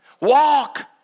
Walk